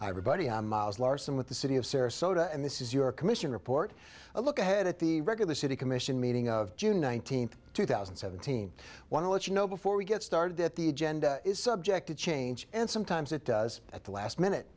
buddy on myles larson with the city of sarasota and this is your commission report a look ahead at the regular city commission meeting of june nineteenth two thousand and seventeen want to let you know before we get started that the agenda is subject to change and sometimes it does at the last minute